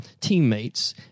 teammates